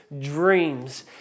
dreams